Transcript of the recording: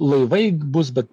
laivai bus bet